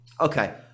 okay